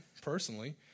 personally